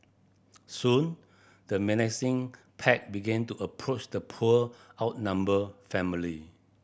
soon the menacing pack begin to approach the poor outnumber family